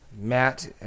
Matt